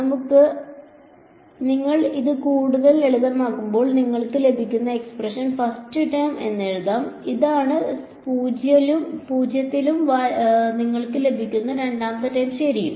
അതിനാൽ നിങ്ങൾ ഇത് കൂടുതൽ ലളിതമാക്കുമ്പോൾ നിങ്ങൾക്ക് ലഭിക്കുന്ന എക്സ്പ്രഷൻ ഫസ്റ്റ് ടേം എന്ന് എഴുതാം ഇതാണ് 0 ലും നിങ്ങൾക്ക് ലഭിക്കുന്ന രണ്ടാമത്തെ ടേം ശരിയും